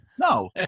No